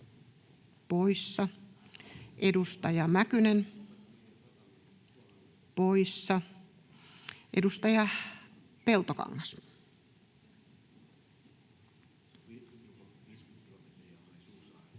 edustaja Mäkynen poissa. — Edustaja Peltokangas.